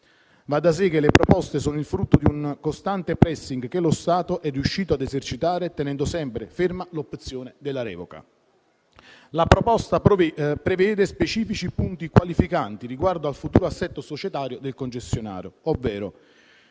Va da sé che le proposte sono il frutto di un costante *pressing* che lo Stato è riuscito ad esercitare tenendo sempre ferma l'opzione della revoca. La proposta prevede specifici punti qualificanti riguardo al futuro assetto societario del concessionario, ovvero: